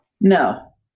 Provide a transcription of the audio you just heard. No